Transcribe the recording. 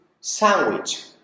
sandwich